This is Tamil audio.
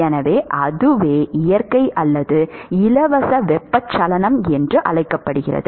எனவே அதுவே இயற்கை அல்லது இலவச வெப்பச்சலனம் என்று அழைக்கப்படுகிறது